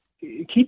keep